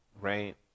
right